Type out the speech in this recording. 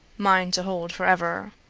mine to hold forever.